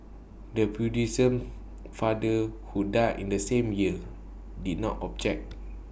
the Buddhism father who died in the same year did not object